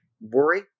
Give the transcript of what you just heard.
worry